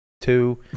two